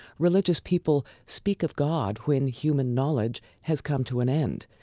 religious people speak of god when human knowledge has come to an end,